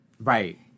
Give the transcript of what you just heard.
Right